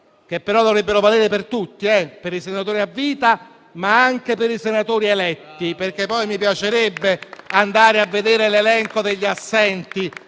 che però dovrebbero valere per tutti, per i senatori a vita, ma anche per i senatori eletti. Mi piacerebbe andare a vedere l'elenco degli assenti.